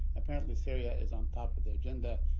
apparently, syria is on top of the agenda.